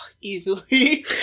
easily